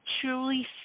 truly